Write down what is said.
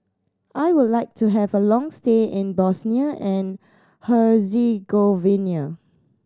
I would like to have a long stay in Bosnia and Herzegovina